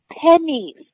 pennies